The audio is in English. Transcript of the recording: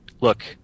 look